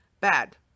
bad